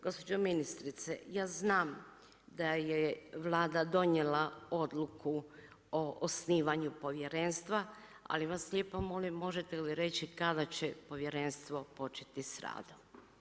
Gospođo ministrice, ja znam da je Vlada donijela Odluku o osnivanju povjerenstva, ali vas lijepo molim, možete li reći kada će povjerenstvo početi sa radom?